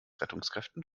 rettungskräften